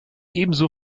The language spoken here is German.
ebenso